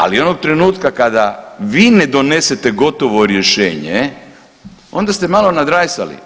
Ali onog trenutka kada vi ne donesete gotovo rješenje, onda ste malo nadrajsali.